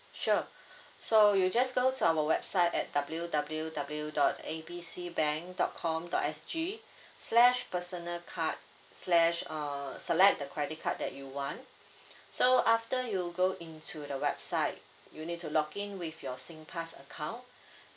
sure so you'll just go to our website at W W W dot A B C bank dot com dot S_G slash personal card slash uh select the credit card that you want so after you go into the website you need to login with your SingPass account